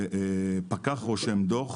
כשפקח רושם דוח,